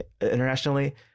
internationally